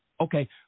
Okay